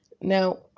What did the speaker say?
Now